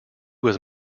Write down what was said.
was